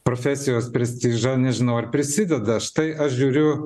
profesijos prestižą nežinau ar prisideda štai aš žiūriu